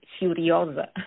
Furiosa